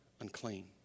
unclean